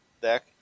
deck